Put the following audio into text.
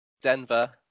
Denver